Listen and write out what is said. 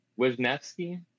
Wisniewski